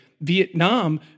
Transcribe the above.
Vietnam